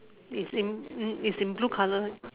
is in is in blue colour right